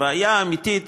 הבעיה האמיתית